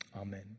amen